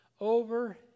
over